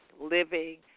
living